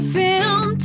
film